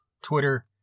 Twitter